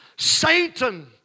Satan